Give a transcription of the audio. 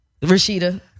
Rashida